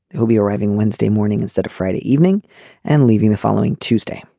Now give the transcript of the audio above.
he'll be arriving wednesday morning instead of friday evening and leaving the following tuesday.